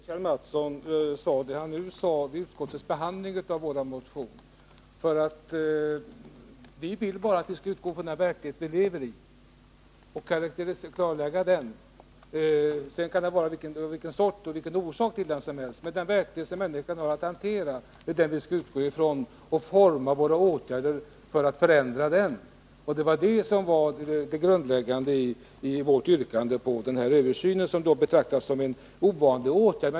Herr talman! Det var synd att Kjell Mattsson inte sade det han nu sade också vid utskottsbehandlingen av vår motion. Vi vill utgå enbart från de verkliga förhållandena och önskar klarlägga dessa. Vår utgångspunkt är den verklighet som människorna har att hantera, och vi formar våra åtgärder för att förändra den. Det är den huvudsakliga bakgrunden till vårt yrkande beträffande en översyn, vilket nu betraktas som en ovanlig åtgärd.